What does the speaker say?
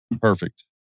Perfect